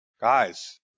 guys